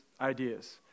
ideas